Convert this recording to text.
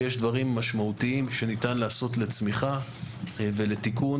יש דברים משמעותיים שניתן לעשות לצמיחה ולתיקון.